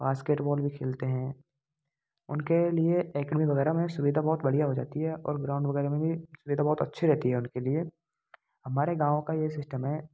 basketball भी खेलते हैं उनके लिए एकेडमी वगैरह में सुविधा बहुत बढ़िया हो जाती हैं और ग्राउंड वगैरह में भी सुविधा बहुत अच्छी रहती है उनके लिए हमारे गाँव का यह सिस्टम है